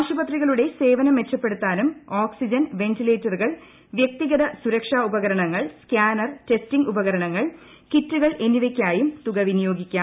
ആശുപത്രികളുടെ സേവനം മെച്ചപ്പെടുത്താനും ഓക്സിജൻ വെന്റിലേറ്ററുകൾ വൃക്തിഗത സുരക്ഷാ ഉപകരണങ്ങൾ സ്കാനർ ടെസ്റ്റിംഗ് ഉപകരണങ്ങൾ കിറ്റുകൾ എന്നിവയ്ക്കായും തുക വിനിയോഗിക്കാം